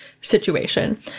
situation